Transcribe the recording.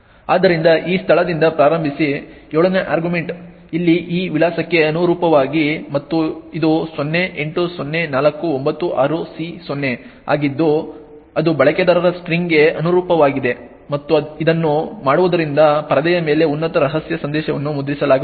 ಆದ್ದರಿಂದ ಈ ಸ್ಥಳದಿಂದ ಪ್ರಾರಂಭಿಸಿ 7 ನೇ ಆರ್ಗ್ಯುಮೆಂಟ್ ಇಲ್ಲಿ ಈ ವಿಳಾಸಕ್ಕೆ ಅನುರೂಪವಾಗಿದೆ ಮತ್ತು ಇದು 080496C0 ಆಗಿದ್ದು ಅದು ಬಳಕೆದಾರರ ಸ್ಟ್ರಿಂಗ್ಗೆ ಅನುರೂಪವಾಗಿದೆ ಮತ್ತು ಇದನ್ನು ಮಾಡುವುದರಿಂದ ಪರದೆಯ ಮೇಲೆ ಉನ್ನತ ರಹಸ್ಯ ಸಂದೇಶವನ್ನು ಮುದ್ರಿಸಲಾಗುತ್ತದೆ